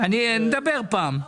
נדבר פעם.